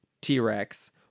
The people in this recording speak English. T-Rex